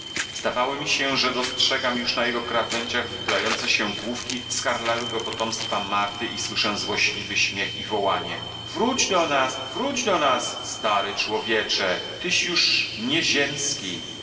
zdawało mi się że dostrzegam już na jego krawędziach wychylające się główki skarlałego potomstwa marty i słyszę złośliwy śmiech i wołanie wróć do nas wróć do nas stary człowiecze tyś już